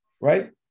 Right